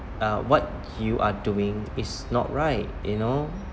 uh what you are doing is not right you know